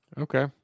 Okay